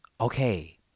okay